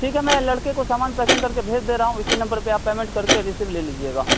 ٹھیک ہے میں لڑکے کو سامان پیکنگ کرکے بھیج دے رہا ہوں اسی نمبر پہ آپ پیمینٹ کرکے ریسیپت لے لیجیے گا